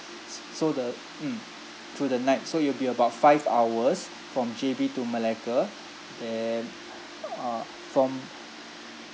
s~ so the mm through the night so it'll be about five hours from J_B to malacca then uh from